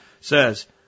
says